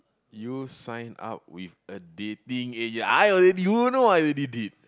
you sign up with a dating a~ I already you know I already did